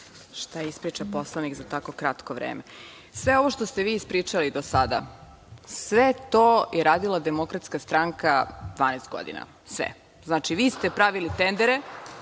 Šta ispriča poslanik za tako kratko vreme. Sve ovo što ste vi ispričali do sada, sve to je radila Demokratska stranka 12 godina, sve. Znači, vi ste pravili tendere